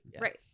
Right